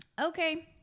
Okay